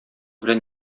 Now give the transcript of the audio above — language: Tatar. белән